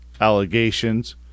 allegations